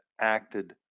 acted